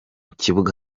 kibuga